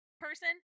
person